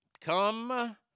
Come